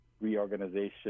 reorganization